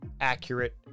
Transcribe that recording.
accurate